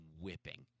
whipping